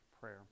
prayer